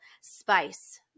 spice